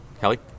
kelly